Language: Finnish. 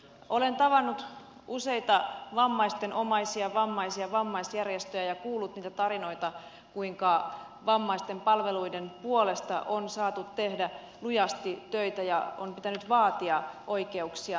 olen tavannut useita vammaisten omaisia vammaisia ja vammaisjärjestöjä ja kuullut niitä tarinoita kuinka vammaisten palveluiden puolesta on saatu tehdä lujasti töitä ja on pitänyt vaatia oikeuksiaan